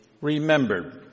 remembered